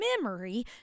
memory